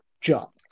job